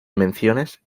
menciones